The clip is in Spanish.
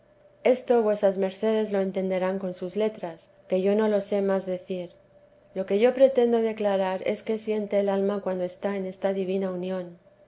esto vuesas mercedes lo entenderán con sus letras que yo no lo sé más decir lo que yo pretendo declarar es qué siente el alma cuando está en esta divina unión